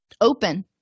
open